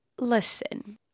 Listen